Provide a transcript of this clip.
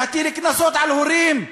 להטיל קנסות על הורים.